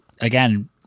again